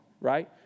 right